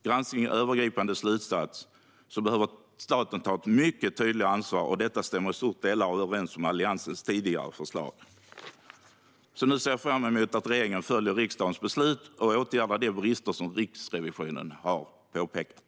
Granskningens övergripande slutsats är att staten behöver ta ett mycket tydligare ansvar, och detta stämmer i stora delar överens med Alliansens tidigare förslag. Jag ser fram emot att regeringen nu följer riksdagens beslut och åtgärdar de brister som Riksrevisionen har påpekat.